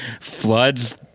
floods